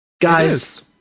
Guys